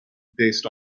based